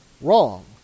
wrong